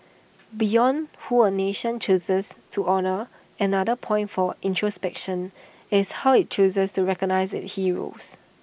beyond who A nation chooses to honour another point for introspection is how IT chooses to recognise its heroes